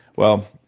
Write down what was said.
well,